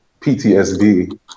ptsd